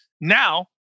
Now